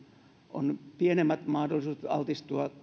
on pienemmät mahdollisuudet altistua